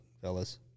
fellas